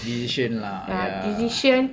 decision lah ya